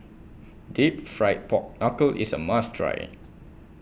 Deep Fried Pork Knuckle IS A must Try